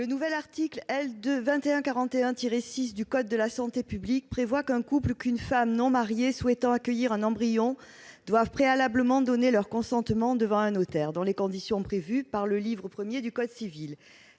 Le nouvel article L. 2141-6 du code de la santé publique prévoit qu'un couple ou une femme non mariée souhaitant accueillir un embryon doivent préalablement donner leur consentement devant un notaire, dans les conditions prévues par le livre I du code civil.